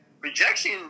rejection